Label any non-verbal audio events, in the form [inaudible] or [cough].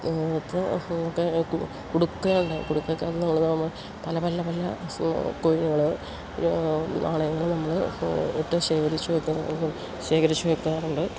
[unintelligible] കുടുക്ക [unintelligible] കുടുക്കയ്ക്കകത്ത് നമ്മൾ നമ്മൾ പല പല പല കോയിനുകൾ നാണയങ്ങൾ നമ്മൾ ഇട്ട് ശേഖരിച്ച് വെക്കുന്ന ശേഖരിച്ച് വെക്കാറുണ്ട്